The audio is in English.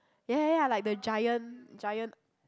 ya ya ya like the Giant Giant